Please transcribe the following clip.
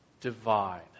divide